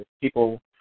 people